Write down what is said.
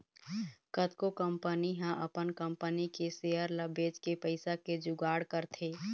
कतको कंपनी ह अपन कंपनी के सेयर ल बेचके पइसा के जुगाड़ करथे